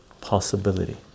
possibility